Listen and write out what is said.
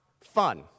fun